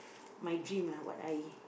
my dream lah what I